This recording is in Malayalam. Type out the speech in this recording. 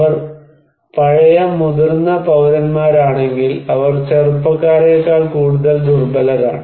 അവർ പഴയ മുതിർന്ന പൌരന്മാരാണെങ്കിൽ അവർ ചെറുപ്പക്കാരേക്കാൾ കൂടുതൽ ദുർബലരാണ്